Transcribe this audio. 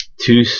Two